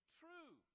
true